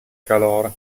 calore